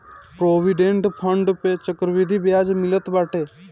provident fund पअ चक्रवृद्धि बियाज मिलत बाटे